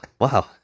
wow